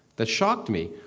that shocked me,